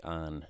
on